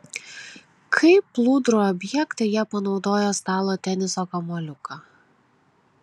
kaip plūdrų objektą jie panaudojo stalo teniso kamuoliuką